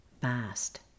fast